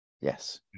Yes